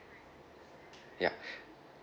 ya